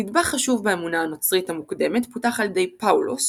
נדבך חשוב באמונה הנוצרית המוקדמת פותח על ידי פאולוס,